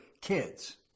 kids